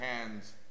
hands